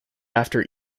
after